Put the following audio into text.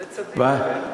זה צדיק.